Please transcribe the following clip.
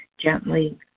gently